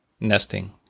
nesting